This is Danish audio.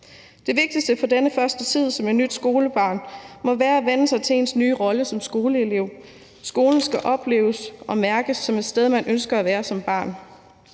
Det vigtigste for denne første tid som et nyt skolebarn må være at vænne sig til ens nye rolle som skoleelev. Skolen skal opleves og mærkes som et sted, man ønsker at være som barn.